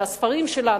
שהספרים שלנו,